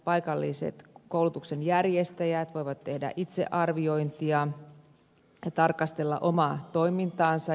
paikalliset koulutuksen järjestäjät voivat tehdä itsearviointia ja tarkastella omaa toimintaansa